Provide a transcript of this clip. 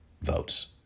votes